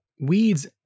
weeds